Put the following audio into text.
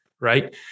right